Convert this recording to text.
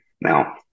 Now